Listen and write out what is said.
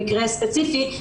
במקרה ספציפי,